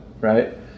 right